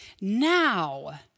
Now